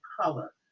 color